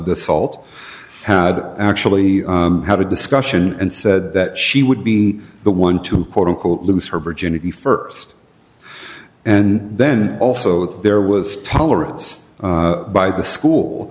the salt had actually had a discussion and said that she would be the one to quote unquote lose her virginity st and then also there was tolerance by the school